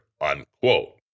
unquote